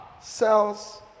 cells